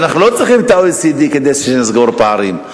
ואנחנו לא צריכים את ה-OECD כדי שנסגור פערים.